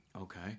Okay